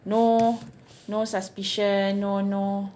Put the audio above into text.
no no suspicion no no